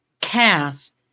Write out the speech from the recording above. cast